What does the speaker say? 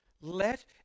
Let